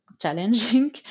challenging